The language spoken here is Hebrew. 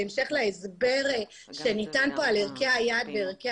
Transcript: בהמשך להסבר שניתן כאן על ערכי היעד וערכי